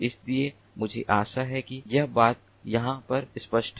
इसलिए मुझे आशा है कि यह बात यहाँ पर स्पष्ट है